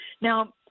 Now